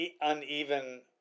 uneven